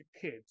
kids